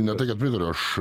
ne tai kad pritariu aš